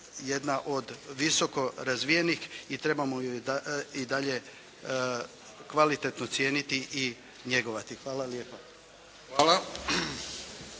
jedna od visoko razvijenih i trebamo ju i dalje kvalitetno cijeniti i njegovati. Hvala lijepa.